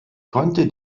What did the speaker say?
konnte